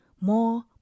more